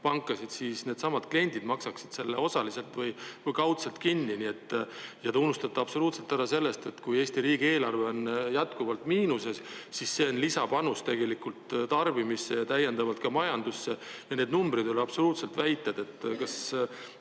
pankasid, siis needsamad kliendid maksaksid selle osaliselt või kaudselt kinni. Ja te unustate absoluutselt ära selle, et kui Eesti riigi eelarve on jätkuvalt miinuses, siis see on lisapanus tegelikult tarbimisse ja täiendavalt ka majandusse. Need numbrid ei ole absoluutselt väited. Kas